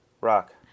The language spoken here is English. Rock